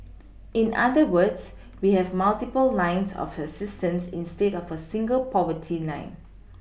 in other words we have multiple lines of assistance instead of a single poverty line